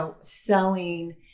selling